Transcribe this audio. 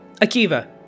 Akiva